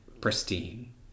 Pristine